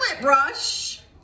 brush